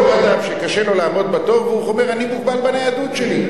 כל אדם שקשה לו לעמוד בתור והוא אומר: אני מוגבל בניידות שלי.